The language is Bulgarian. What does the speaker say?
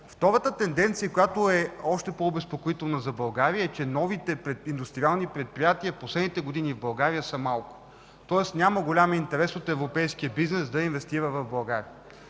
Втората тенденция, която е още по-обезпокоителна за България, е, че новите индустриални предприятия в последните години в България са малко, тоест няма голям интерес от европейския бизнес да се инвестира в България.